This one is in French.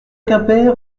quimper